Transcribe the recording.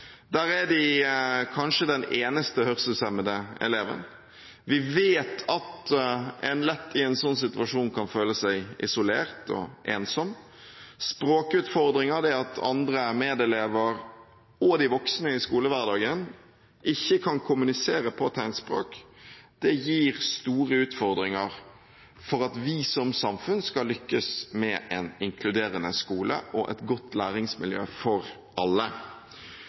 Der er de kanskje den eneste hørselshemmede eleven. Vi vet at en lett i en slik situasjon kan føle seg isolert og ensom. Språkutfordringer – det at andre medelever og de voksne i skolehverdagen ikke kan kommunisere på tegnspråk – gir store utfordringer med hensyn til at vi som samfunn skal lykkes med en inkluderende skole og et godt læringsmiljø for alle.